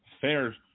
fair